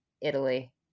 Italy